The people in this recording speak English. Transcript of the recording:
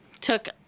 took